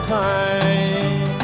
time